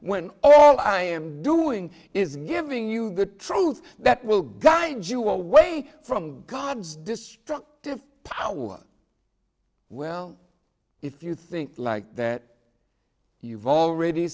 when all i am doing is giving you the truth that will guide you away from god's destructive power well if you think like that you've already